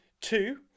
two